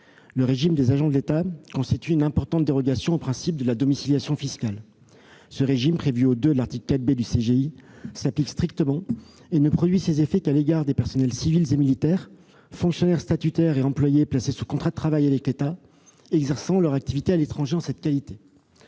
Le régime des agents de l'État constitue une importante dérogation au principe de la domiciliation fiscale. Ce régime, qui est prévu au 2 de l'article 4 B du CGI, s'applique strictement et ne produit ses effets qu'à l'égard des personnels civils et militaires, fonctionnaires statutaires et employés placés sous contrat de travail avec l'État exerçant leur activité à l'étranger en cette qualité.